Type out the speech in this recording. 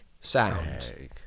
sound